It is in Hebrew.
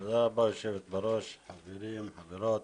תודה רבה, היושבת בראש, חברים, חברות.